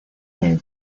del